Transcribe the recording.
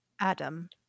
Adam